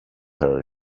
her